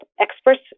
experts